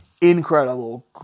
incredible